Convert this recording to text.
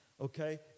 Okay